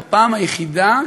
בפעם היחידה,